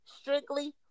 strictly